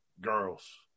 Girls